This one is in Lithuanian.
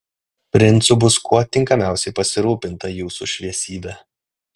princu bus kuo tinkamiausiai pasirūpinta jūsų šviesybe